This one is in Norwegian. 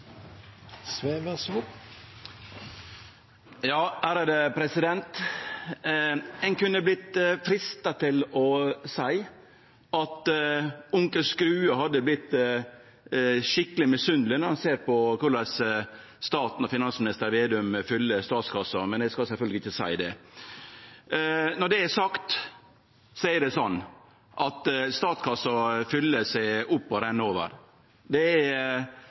Ein kunne vere freista til å seie at onkel Skrue hadde vorte skikkeleg misunneleg om han hadde sett korleis staten og finansminister Vedum fyller statskassa, men eg skal sjølvsagt ikkje seie det. Når det er sagt, er det slik at statskassa fyller seg opp og renn over. Det er